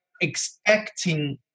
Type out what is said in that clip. expecting